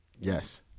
Yes